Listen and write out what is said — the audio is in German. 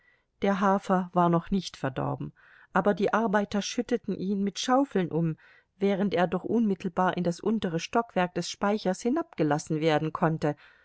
der hafer war noch nicht verdorben aber die arbeiter schütteten ihn mit schaufeln um während er doch unmittelbar in das untere stockwerk des speichers hinabgelassen werden konnte